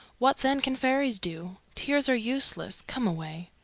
what, then, can fairies do? tears are useless. come away.